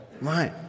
Right